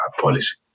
policy